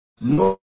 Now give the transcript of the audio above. No